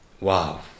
wow